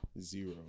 Zero